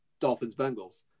Dolphins-Bengals